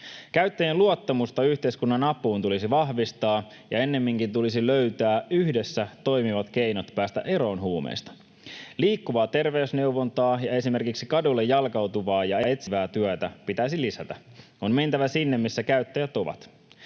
Käyttäjien luottamusta yhteiskunnan apuun tulisi vahvistaa ja ennemminkin tulisi löytää yhdessä toimivat keinot päästä eroon huumeista. Liikkuvaa terveysneuvontaa ja esimerkiksi kadulle jalkautuvaa ja etsivää työtä pitäisi lisätä. On mentävä sinne, missä käyttäjät ovat.